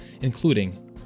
including